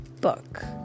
book